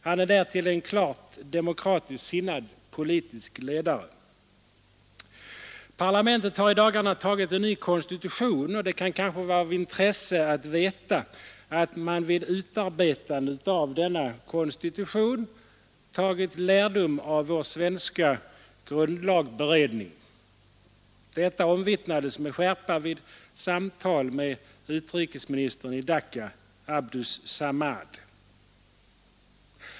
Han är därtill en klart demokratiskt sinnad politisk ledare. Parlamentet har i dagarna antagit en ny konstitution. Det kan kanske vara av intresse att veta att man vid utarbetandet av denna konstitution tagit lärdom av vår svenska grundlagberedning. Detta omvittnades med skärpa vid samtal med utrikesministern i Dacca, Abdus Samad.